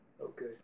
Okay